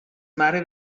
mare